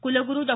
कुलगुरु डॉ